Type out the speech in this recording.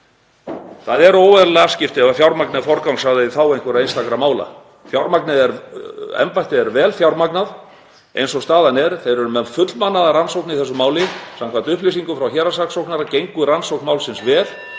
Það eru óeðlileg afskipti ef fjármagni er forgangsraðað í þágu einstakra mála. Embættið er vel fjármagnað eins og staðan er. Þeir eru með fullmannaða rannsókn í þessu máli. Samkvæmt upplýsingum frá héraðssaksóknara gengur rannsókn málsins vel